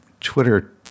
Twitter